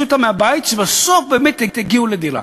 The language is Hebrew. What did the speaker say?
אותם מהבית ובסוף הם באמת יגיעו לדירה.